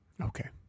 Okay